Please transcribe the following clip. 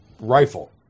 rifle